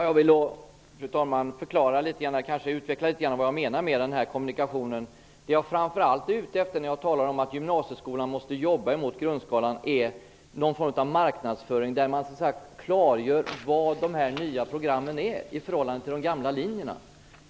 Fru talman! Jag vill litet grand förklara och utveckla vad jag menade med det jag sade om kommunikation. Det jag framför allt är ute efter när jag talar om att gymnasieskolan måste jobba emot grundskolan är någon form av marknadsföring, där man så att säga klargör vad de nya programmen är i förhållande till de gamla linjerna.